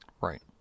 Right